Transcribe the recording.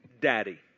daddy